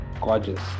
gorgeous